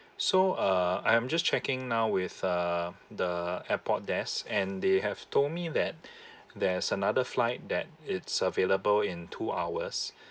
so uh I am just checking now with uh the airport desk and they have told me that there's another flight that it's available in two hours